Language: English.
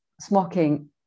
smoking